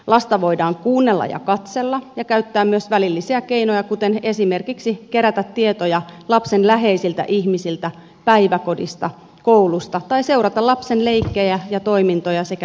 lasta voidaan kuunnella ja katsella ja käyttää myös välillisiä keinoja kuten esimerkiksi kerätä tietoja lapsen läheisiltä ihmisiltä päiväkodista koulusta tai seurata lapsen leikkejä ja toimintoja sekä tutkia piirustuksia